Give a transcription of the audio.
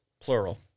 Plural